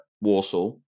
Warsaw